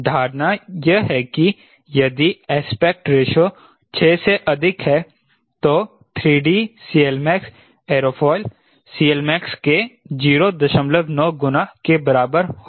धारणा यह है कि यदि एस्पेक्ट रेशो 6 से अधिक है तो 3d CLmax एयरोफॉयल CLmax के 09 गुणा के बराबर होगा